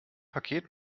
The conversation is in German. paket